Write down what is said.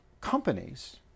companies